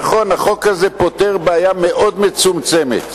נכון, החוק הזה פותר בעיה מאוד מצומצמת.